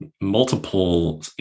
multiple